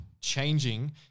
changing